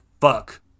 fuck